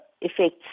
effects